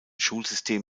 schulsystem